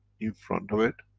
in front of it,